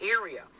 area